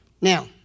Now